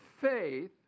faith